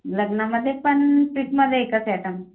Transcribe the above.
लग्नामध्ये पण स्वीटमध्ये एकच ॲटम